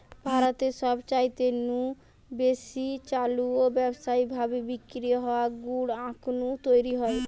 ভারতে সবচাইতে নু বেশি চালু ও ব্যাবসায়ী ভাবি বিক্রি হওয়া গুড় আখ নু তৈরি হয়